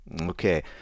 Okay